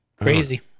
Crazy